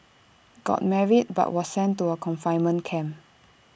got married but was sent to A confinement camp